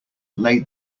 laid